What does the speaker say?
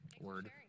word